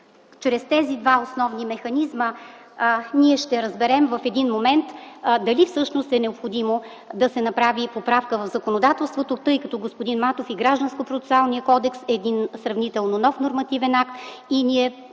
Чрез тези два основни механизма ние ще разберем в един момент дали всъщност е необходимо да се направи поправка в законодателството, тъй като, господин Матов, Гражданският процесуален кодекс е сравнително нов нормативен акт и трябва